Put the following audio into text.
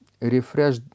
refresh